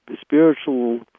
spiritual